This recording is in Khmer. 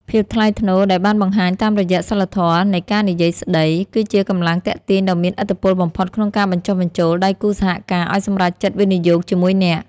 ភាពថ្លៃថ្នូរដែលបានបង្ហាញតាមរយៈសីលធម៌នៃការនិយាយស្ដី គឺជាកម្លាំងទាក់ទាញដ៏មានឥទ្ធិពលបំផុតក្នុងការបញ្ចុះបញ្ចូលដៃគូសហការឱ្យសម្រេចចិត្តវិនិយោគជាមួយអ្នក។